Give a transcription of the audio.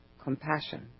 compassion